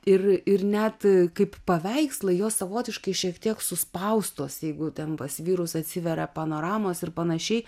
ir ir net kaip paveikslai jos savotiškai šiek tiek suspaustos jeigu ten pas vyrus atsiveria panoramos ir panašiai